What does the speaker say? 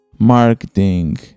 marketing